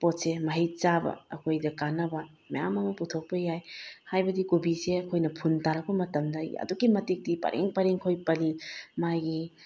ꯄꯣꯠꯁꯦ ꯃꯍꯩ ꯆꯥꯕ ꯑꯩꯈꯣꯏꯗ ꯀꯥꯟꯅꯕ ꯃꯌꯥꯝ ꯑꯃ ꯄꯨꯊꯣꯛꯄ ꯌꯥꯏ ꯍꯥꯏꯕꯗꯤ ꯀꯣꯕꯤꯁꯦ ꯑꯩꯈꯣꯏꯅ ꯐꯨꯟ ꯇꯥꯔꯛꯄ ꯃꯇꯝꯗ ꯑꯗꯨꯛꯀꯤ ꯃꯇꯤꯛꯀꯤ ꯄꯔꯦꯡ ꯄꯔꯦꯡ ꯑꯩꯈꯣꯏ ꯄꯜꯂꯤ ꯃꯥꯒꯤ